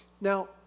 Now